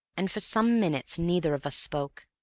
and for some minutes neither of us spoke.